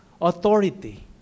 authority